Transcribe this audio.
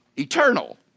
eternal